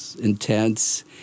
Intense